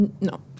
No